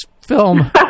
film